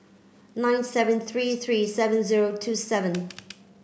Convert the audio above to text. nine seven three three seven zero two seven